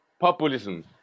populism